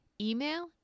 email